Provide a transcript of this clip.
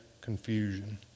confusion